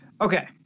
Okay